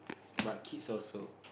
but kids also